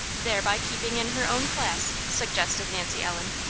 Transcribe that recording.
thereby keeping in her own class, suggested nancy ellen.